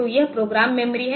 तो यह program memory है